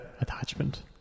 attachment